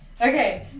okay